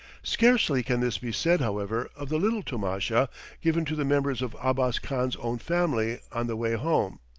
scarcely can this be said, however, of the little tomasha given to the members of abbas khan's own family on the way home.